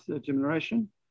generation